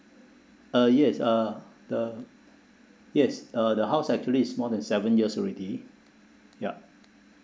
uh yes uh the yes uh the house actually is more than seven years already yup